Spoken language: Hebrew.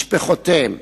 משפחותיהם,